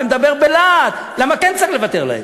ומדבר בלהט למה כן צריך לוותר להם.